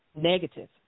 negative